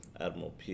Admiral